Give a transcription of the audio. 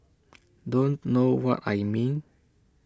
don't know what I mean